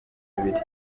abiri